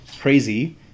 crazy